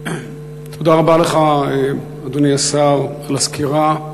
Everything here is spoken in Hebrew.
תודה רבה לך, אדוני השר, על הסקירה.